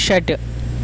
षट्